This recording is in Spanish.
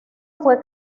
fue